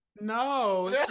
no